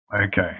Okay